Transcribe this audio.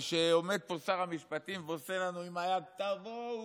ועומד פה שר המשפטים ועושה לנו עם היד: תבואו,